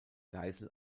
geisel